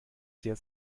sehr